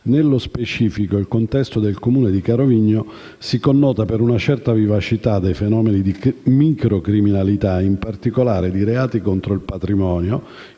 Nello specifico, il contesto del Comune dì Carovigno si connota per una certa vivacità dei fenomeni di microcriminalità, in particolare di reati contro il patrimonio,